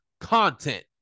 content